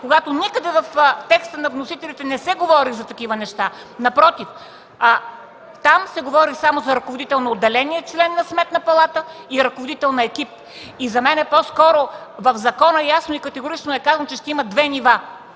когато никъде в текста на вносителите не се говори за такива неща? Напротив, там се говори само за ръководител на отделение – член на Сметната палата, и ръководител на екип. За мен по-скоро в закона ясно и категорично е казано, че ще има две нива